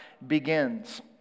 begins